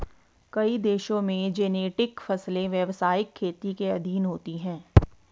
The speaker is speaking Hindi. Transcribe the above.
कई देशों में जेनेटिक फसलें व्यवसायिक खेती के अधीन होती हैं